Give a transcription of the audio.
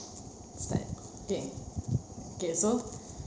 start okay okay so